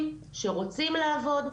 שרוצים לעבוד,